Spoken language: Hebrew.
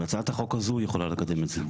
והצעת החוק הזו יכולה לקדם את זה.